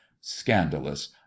scandalous